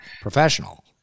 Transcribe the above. professional